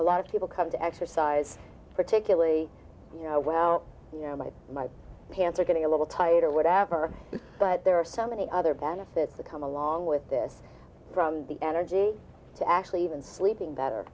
a lot of people come to exercise particularly you know well you know my my pants are getting a little tired or whatever but there are some any other benefits that come along with this from the energy to actually even sleeping better